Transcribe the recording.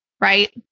right